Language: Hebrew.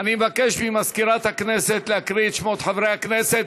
אני מבקש ממזכירת הכנסת להקריא את שמות חברי הכנסת.